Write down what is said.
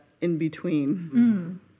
in-between